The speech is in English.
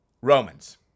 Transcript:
Romans